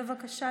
בבקשה.